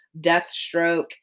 Deathstroke